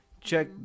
check